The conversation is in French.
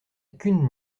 qu’une